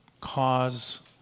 cause